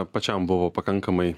pačiam buvo pakankamai